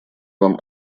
вам